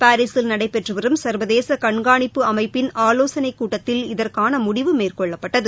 பாரீசில் நடைபெற்றுவரும் சர்வதேச கண்காணிப்பு அமைப்பிள் ஆலோசனைக் கூட்டத்தில் இதற்கான முடிவு மேற்கொள்ளப்பட்டது